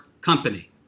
company